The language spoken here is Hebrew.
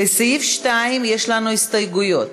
לסעיף 2 יש לנו הסתייגויות